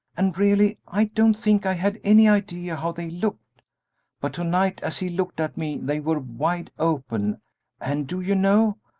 and really i don't think i had any idea how they looked but to-night as he looked at me they were wide open and, do you know,